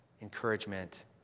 encouragement